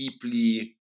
deeply